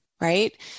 right